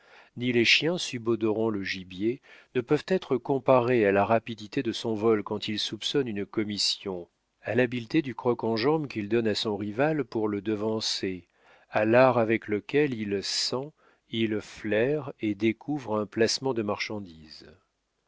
ni les chiens subodorant le gibier ne peuvent être comparés à la rapidité de son vol quand il soupçonne une commission à l'habileté du croc en jambe qu'il donne à son rival pour le devancer à l'art avec lequel il sent il flaire et découvre un placement de marchandises